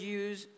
use